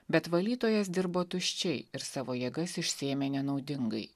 bet valytojas dirbo tuščiai ir savo jėgas išsėmė nenaudingai